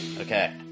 Okay